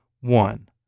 One